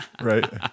Right